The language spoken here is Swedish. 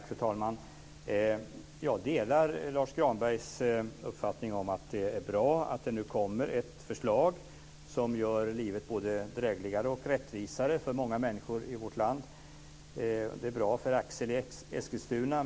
Fru talman! Jag delar Lars Granbergs uppfattning om att det är bra att det nu kommer ett förslag som gör livet både drägligare och rättvisare för många människor i vårt land. Det är bra för Axel i Eskilstuna.